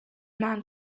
man